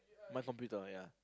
my computer ya